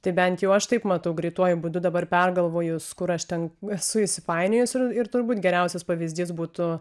tai bent jau aš taip matau greituoju būdu dabar pergalvojus kur aš ten esu įsipainiojus ir turbūt geriausias pavyzdys būtų